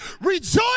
rejoice